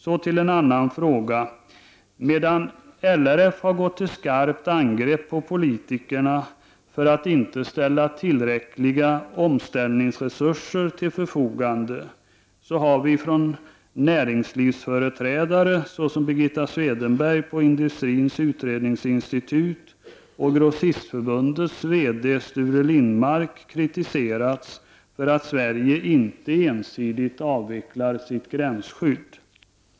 Så till en annan fråga. Medan LRF gått till skarpt angrepp på oss politiker för att vi inte ställer tillräckliga omställningsresurser till förfogande har vi av näringslivsföreträdare såsom Birgitta Swedenberg på Industrins Utredningsinstitut och Grossistförbundets VD Sture Lindmark kritiserats för att vi inte ensidigt avvecklar gränsskyddet.